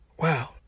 wow